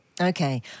Okay